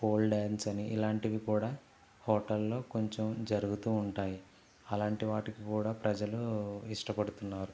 pole dance అని ఇలాంటివి కూడా హోటల్లో కొంచెం జరుగుతూ ఉంటాయి అలాంటి వాటికి కూడా ప్రజలు ఇష్టపడుతున్నారు